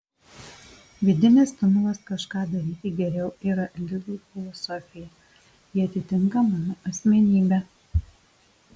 vidinis stimulas kažką daryti geriau yra lidl filosofija ji atitinka mano asmenybę